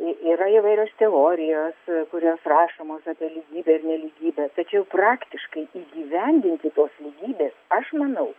yra įvairios teorijos kurios rašomos apie lygybę ir nelygybę tačiau praktiškai įgyvendinti tos lygybės aš manau